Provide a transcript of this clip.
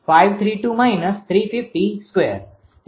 9284 છે